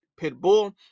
Pitbull